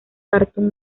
cartoon